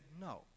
No